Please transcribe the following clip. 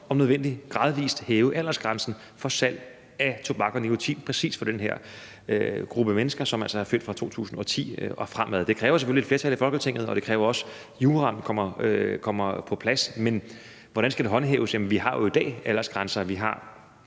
om nødvendigt gradvis hæve aldersgrænsen for salg af tobak og nikotin – præcis for den her gruppe mennesker, som altså er født fra 2010 og frem. Det kræver selvfølgelig et flertal i Folketinget, og det kræver også, at juraen kommer på plads. Hvordan skal det håndhæves? Jamen vi har jo i dag aldersgrænser